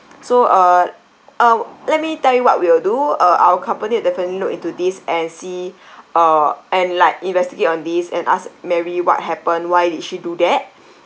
so uh uh let me tell you what we will do uh our company will definitely look into this and see uh and like investigate on this and ask mary what happened why did she do that